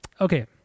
Okay